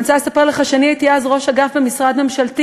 אני רוצה לספר לך שאני הייתי אז ראש אגף במשרד ממשלתי,